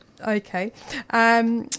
Okay